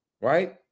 right